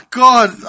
god